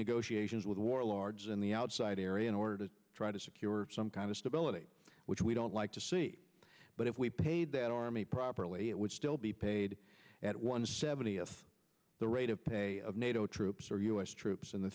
negotiations with warlords in the outside area in order to try to secure some kind of stability which we don't like to see but if we paid that army properly it would still be paid at one seventy s the rate of pay of nato troops or us troops in the